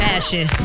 Passion